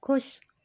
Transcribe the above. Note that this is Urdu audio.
خوش